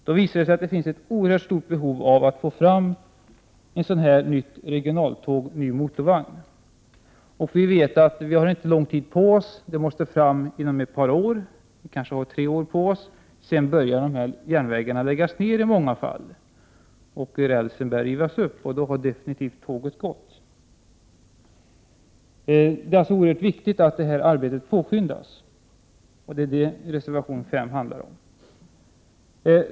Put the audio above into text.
Det visar sig att det finns ett oerhört stort behov av att få fram ett nytt regionaltåg och en ny motorvagn. Vi vet att vi inte har lång tid på oss. Den måste komma fram inom ett par år. Vi har kanske tre år på oss. Sedan börjar man i många fall att lägga ned de här järnvägarna. Rälsen börjar rivas upp, och då har tåget definitivt gått. Det är alltså oerhört viktigt att arbetet påskyndas, och det är det som reservation 5 handlar om.